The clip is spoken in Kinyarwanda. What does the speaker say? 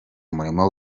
umurimo